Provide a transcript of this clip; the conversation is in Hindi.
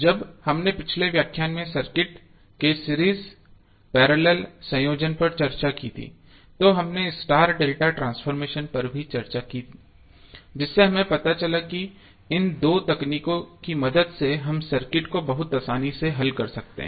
जब हमने पिछले व्याख्यान में सर्किट के सीरीज पैरेलल संयोजन पर चर्चा की तो हमने स्टार डेल्टा ट्रांसफॉर्मेशन पर भी चर्चा की जिससे हमें पता चला कि इन दो तकनीकों की मदद से हम सर्किट को बहुत आसानी से हल कर सकते हैं